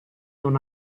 non